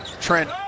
Trent